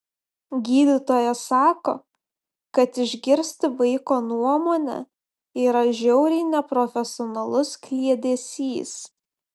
gydytojas sako kad išgirsti vaiko nuomonę yra žiauriai neprofesionalus kliedesys